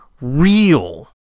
real